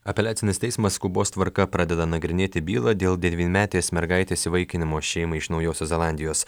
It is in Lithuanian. apeliacinis teismas skubos tvarka pradeda nagrinėti bylą dėl devynmetės mergaitės įvaikinimo šeimai iš naujosios zelandijos